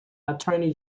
attorney